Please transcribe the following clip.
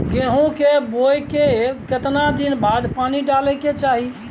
गेहूं के बोय के केतना दिन बाद पानी डालय के चाही?